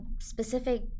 specific